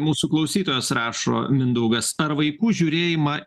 mūsų klausytojas rašo mindaugas ar vaikų žiūrėjimą